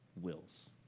wills